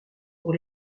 pour